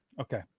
Okay